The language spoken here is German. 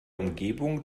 umgebung